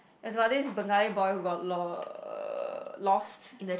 it's about this Bengali boy who got lo~ lost